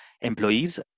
employees